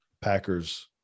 Packers